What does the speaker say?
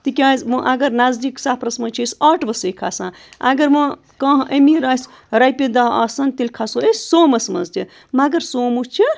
تِکیٛازِ وۄنۍ اگر نزدیٖک سفرَس منٛز چھِ أسۍ آٹوَسٕے کھَسان اگر وۄنۍ کانٛہہ أمیٖر آسہِ رۄپیہِ دَہ آسَن تیٚلہِ کھسو أسۍ سوموَس منٛز تہِ مگر سوموٗ چھِ